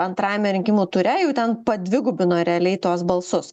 antrajame rinkimų ture jau ten padvigubino realiai tuos balsus